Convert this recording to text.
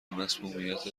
مصمومیت